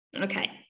Okay